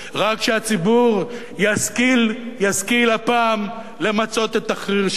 רק שהציבור ישכיל הפעם למצות את תחריר שלו.